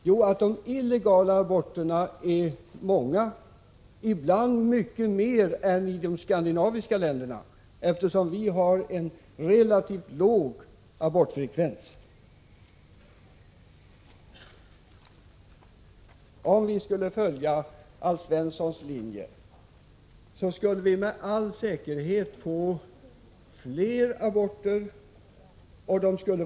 Vi vet att de illegala aborterna där är många — ibland många fler än aborterna i de skandinaviska länderna, där vi har en relativt låg abortfrekvens. Om vi skulle följa Alf Svenssons linje skulle vi med all säkerhet få fler aborter — illegala aborter.